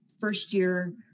first-year